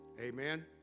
Amen